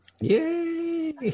Yay